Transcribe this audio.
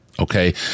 Okay